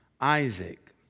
Isaac